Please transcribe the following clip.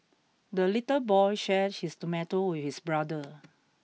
the little boy shared his tomato with his brother